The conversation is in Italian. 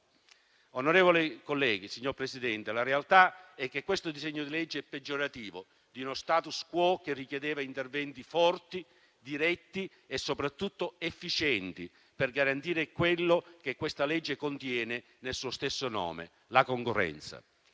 Onorevoli colleghi, signor Presidente, la realtà è che il disegno di legge in esame è peggiorativo di uno *status quo* che richiedeva interventi forti, diretti e soprattutto efficienti, per garantire quello che questa legge contiene nel suo stesso nome: la concorrenza.